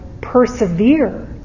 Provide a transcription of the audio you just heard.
persevere